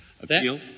Appeal